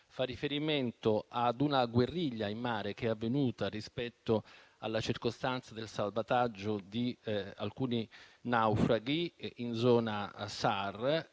fa riferimento ad una guerriglia in mare che è avvenuta rispetto alla circostanza del salvataggio di alcuni naufraghi in zona